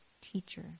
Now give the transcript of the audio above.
teacher